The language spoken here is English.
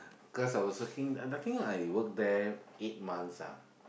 cause I was working I think I work there eight months ah